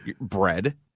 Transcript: bread